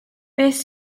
beth